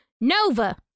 Nova